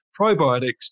probiotics